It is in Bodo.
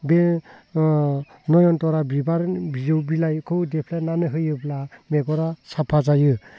बे नयनतरा बिबारनि बिजौ बिलाइखौ देफ्लेनानै होयोब्ला मेगना साफा जायो